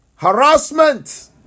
Harassment